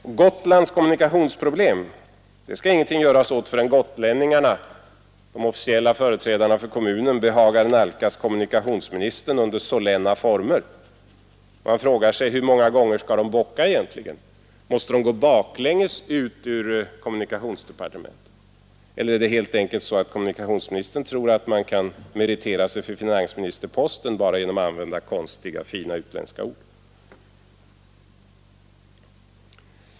Och Gotlands kommunikationsproblem skall det tydligen inte göras någonting åt, förrän gotlänningarna behagar nalkas kommunikationsministern ”under solenna former”. Man frågar sig hur många gånger de egentligen skall bocka. Måste de gå baklänges ut ur kommunikationsdepartementet? Eller tror kommunikationsministern att man kan meritera sig för finansministerposten bara genom att använda konstiga, fina och utländska ord?